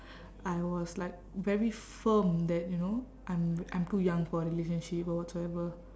I was like very firm that you know I'm I'm too young for a relationship or whatsoever